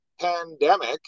pandemic